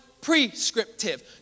Prescriptive